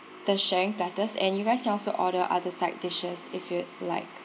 the sharing platters and you guys can also order other side dishes if you'd like